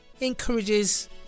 encourages